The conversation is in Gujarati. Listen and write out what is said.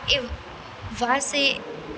એ વાંસ એ